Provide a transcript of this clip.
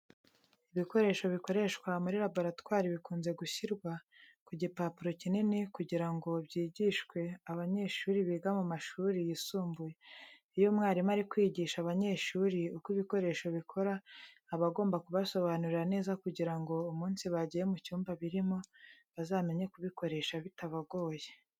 Ibikoresho bikoreshwa muri laboratwari bikunze gushyirwa ku gipapuro kinini kugira ngo byigishwe abanyeshuri biga mu mashuri yisumbuye. Iyo umwarimu ari kwigisha abanyeshuri uko ibi bikoresho bikora, aba agomba kubasobanurira neza kugira ngo umunsi bagiye mu cyumba birimo bazamenye kubikoresha bitabagoye.